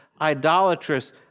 idolatrous